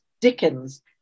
Dickens